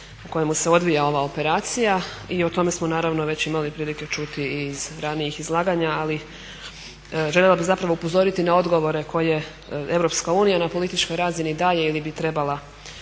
kojemu se odvija ova operacija i o tome smo naravno već imali prilike čuti i iz ranijih izlaganja. Ali željela bi zapravo upozoriti na odgovore koje EU na političkoj razini daje ili bi trebala